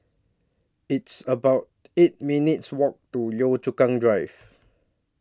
It's about eight minutes' Walk to Yio Chu Kang Drive